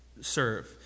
serve